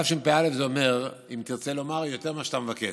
תשפ"א זה אומר, אם תרצה לומר, יותר ממה שאתה מבקש.